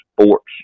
sports